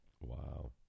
Wow